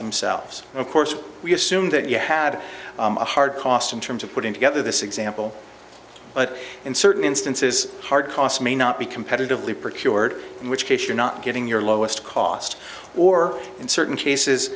themselves of course we assume that you had a hard cost in terms of putting together this example but in certain instances hard cost may not be competitively procured in which case you're not getting your lowest cost or in certain cases